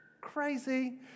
Crazy